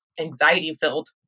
anxiety-filled